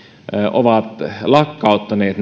ovat lakkauttaneet